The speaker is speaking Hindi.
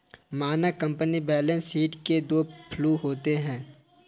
मानक कंपनी बैलेंस शीट के दो फ्लू होते हैं